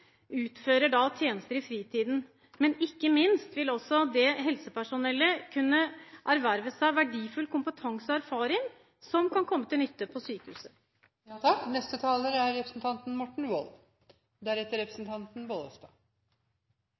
helsepersonellet kunne erverve seg verdifull kompetanse og erfaring, som kan komme til nytte på sykehuset. I det norske helsevesenet, enten det er